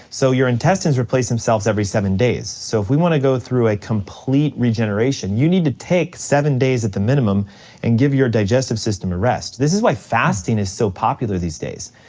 so your intestines replace themselves every seven days, so if we wanna go through a complete regeneration, you need to take seven days at the minimum and give your digestive system a rest. this is why fasting is so popular these days.